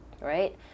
right